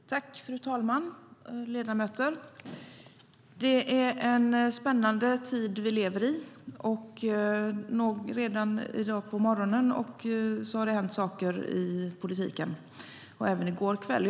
STYLEREF Kantrubrik \* MERGEFORMAT KommunikationerFru talman! Ledamöter! Det är en spännande tid vi lever i. I dag på morgonen har det hänt saker i politiken och även i går kväll.